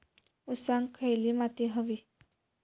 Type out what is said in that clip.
ऊसाक खयली माती व्हयी?